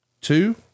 two